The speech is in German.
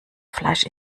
fleisch